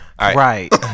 Right